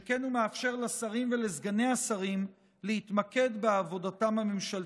שכן הוא מאפשר לשרים ולסגני השרים להתמקד בעבודתם הממשלתית.